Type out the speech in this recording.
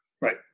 right